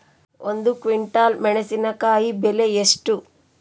ಒಂದು ಕ್ವಿಂಟಾಲ್ ಮೆಣಸಿನಕಾಯಿ ಬೆಲೆ ಎಷ್ಟು?